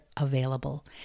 available